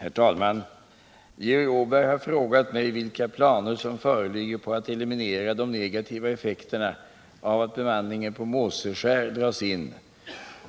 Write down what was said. Herr talman! Georg Åberg har frågat mig vilka planer som föreligger på att eliminera de negativa effekterna av att bemanningen på Måseskär dras in,